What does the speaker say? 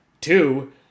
Two